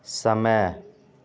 समय